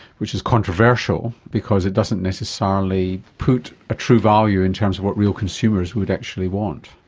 which is controversial because it doesn't necessarily put a true value in terms of what real consumers would actually want.